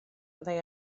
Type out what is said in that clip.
fyddai